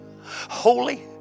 holy